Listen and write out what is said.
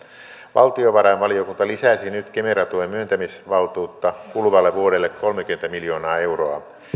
valtiovarainvaliokunta lisäsi nyt kemera tuen myöntämisvaltuutta kuluvalle vuodelle kolmekymmentä miljoonaa euroa